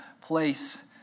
place